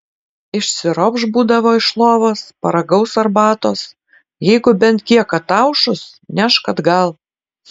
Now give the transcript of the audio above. išsiropš būdavo iš lovos paragaus arbatos jeigu bent kiek ataušus nešk atgal